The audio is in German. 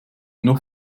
nur